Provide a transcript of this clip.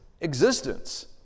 existence